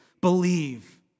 Believe